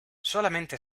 solamente